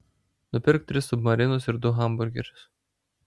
nupirk tris submarinus ir du hamburgerius